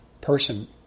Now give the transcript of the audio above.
person